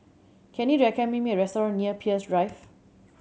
can you recommend me a restaurant near Peirce Drive